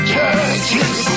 Churches